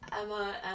emma